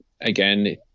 again